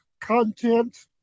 content